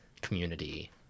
community